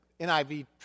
NIV